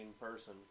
person